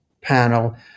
Panel